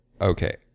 Okay